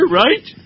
right